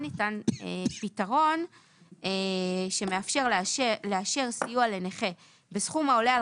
ניתן פתרון שמאפשר לאשר סיוע לנכה בסכום העולה על